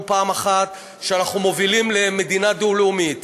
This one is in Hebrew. פעם אחת שאנחנו מובילים למדינה דו-לאומית.